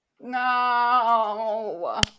No